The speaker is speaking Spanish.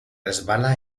resbala